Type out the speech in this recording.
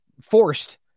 forced